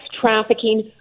trafficking